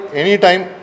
anytime